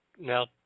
Now